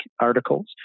articles